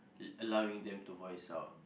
allowing them to voice out